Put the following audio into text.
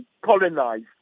colonized